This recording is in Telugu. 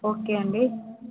ఓకే అండీ